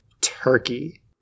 turkey